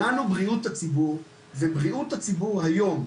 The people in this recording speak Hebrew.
אז לנו זה בריאות הציבור ובריאות הציבור היום,